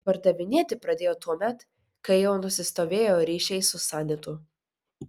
pardavinėti pradėjo tuomet kai jau nusistovėjo ryšiai su sanitu